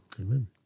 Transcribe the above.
Amen